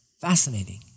Fascinating